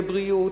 ובריאות,